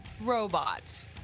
robot